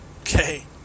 okay